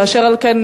אשר על כן,